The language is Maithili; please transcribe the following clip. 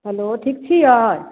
हेलो ठीक छियै